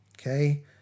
okay